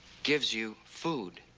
gives you food.